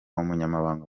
umunyamabanga